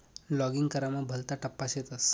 login करामा भलता टप्पा शेतस